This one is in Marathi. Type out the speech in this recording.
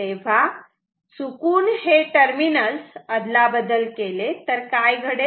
तेव्हा चुकून हे आदलाबदल केले तर काय घडेल